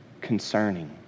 concerning